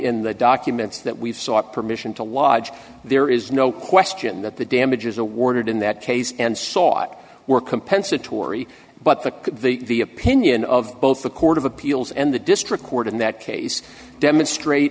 in the documents that we've sought permission to lodge there is no question that the damages awarded in that case and sought were compensatory but the the opinion of both the court of appeals and the district court in that case demonstrate